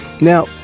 Now